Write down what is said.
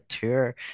Tour